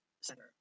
Center